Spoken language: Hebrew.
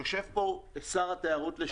יושב פה שר התיירות לשעבר.